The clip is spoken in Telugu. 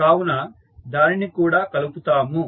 కావున దానిని కూడా కలుపుతాము